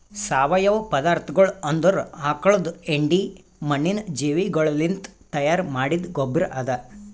ಸಾವಯವ ಪದಾರ್ಥಗೊಳ್ ಅಂದುರ್ ಆಕುಳದ್ ಹೆಂಡಿ, ಮಣ್ಣಿನ ಜೀವಿಗೊಳಲಿಂತ್ ತೈಯಾರ್ ಮಾಡಿದ್ದ ಗೊಬ್ಬರ್ ಅದಾ